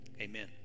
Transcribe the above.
amen